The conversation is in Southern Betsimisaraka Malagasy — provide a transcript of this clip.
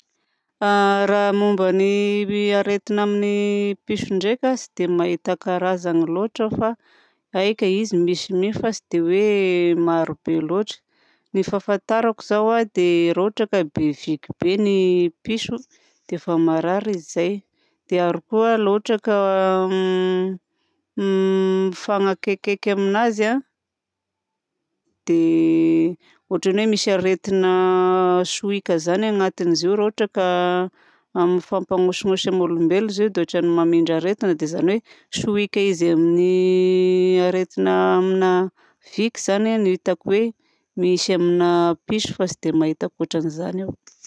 Raha momba ny aretina amin'ny piso ndraika tsy dia mahita karazany loatra aho. Fa haiko izy misy an'io fa tsy dia hoe marobe loatra ny fahafantarako zao a. Dia raha ohatra ka be viky be ny piso dia efa marary izy zay. Dia ary koa raha ohatra ka m- mifanakaikikaiky amin'azy a dia ohatran'ny hoe misy aretina sohika zany anatin'izy io. Raha ohatra ka mifampanosinosy amin'ny olombelona izy io dia ohatran'ny mamindra aretina. Dia izany hoe sohika izy amin'ny aretina amina viky zany a no hitako hoe misy amina piso fa tsy dia mahita ankoatran'izany aho.